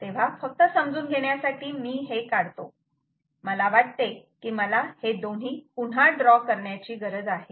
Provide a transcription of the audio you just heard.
तेव्हा फक्त समजून घेण्यासाठी मी हे काढतो मला वाटते की मला हे दोन्ही पुन्हा ड्रॉ करण्याची गरज आहे